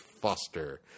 Foster